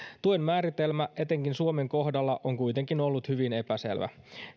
tuen määritelmä etenkin suomen kohdalla on kuitenkin ollut hyvin epäselvä